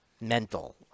mental